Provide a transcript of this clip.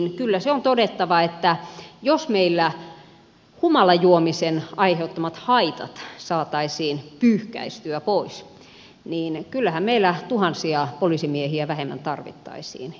kyllä se on todettava että jos meillä humalajuomisen aiheuttamat haitat saataisiin pyyhkäistyä pois niin kyllähän meillä tuhansia poliisimiehiä vähemmän tarvittaisiin